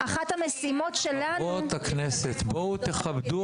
שזה לא נכון.